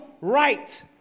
right